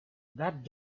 that